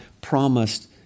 promised